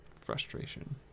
Frustration